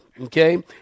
okay